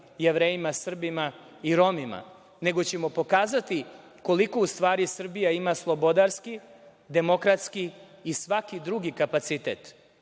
Jevrejima, Srbima i Romima, nego ćemo pokazati koliko u stvari Srbija ima slobodarski, demokratski i svaki drugi kapacitet